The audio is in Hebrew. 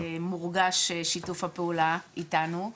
מורגש שיתוף הפעולה אתנו,